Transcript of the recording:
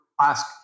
ask